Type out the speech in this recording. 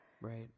right